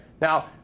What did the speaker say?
Now